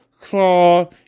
claw